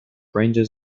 ranges